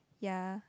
ya